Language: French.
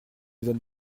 donne